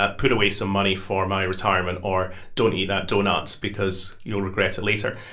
ah put away some money for my retirement, or, don't eat that doughnut because you'll regret it later?